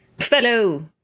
fellow